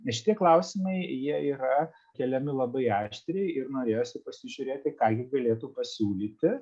ir šitie klausimai jie yra keliami labai aštriai ir norėjosi pasižiūrėti ką gi galėtų pasiūlyti